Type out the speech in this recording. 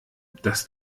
das